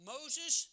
Moses